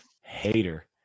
Hater